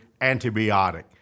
antibiotic